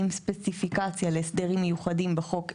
ספציפיקציה להסדרים מיוחדים בחוק אליהם.